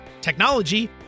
technology